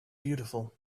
beautiful